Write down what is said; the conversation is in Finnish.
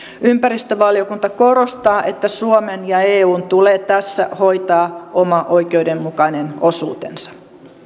ympäristövaliokunta korostaa että suomen ja eun tulee tässä hoitaa oma oikeudenmukainen osuutensa